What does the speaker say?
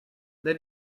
let